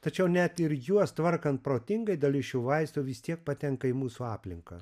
tačiau net ir juos tvarkant protingai dalis šių vaistų vis tiek patenka į mūsų aplinką